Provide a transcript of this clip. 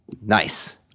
Nice